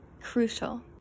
crucial